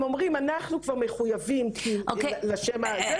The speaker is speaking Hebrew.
הם אומרים אנחנו כבר מחויבים לשם--- אוקיי,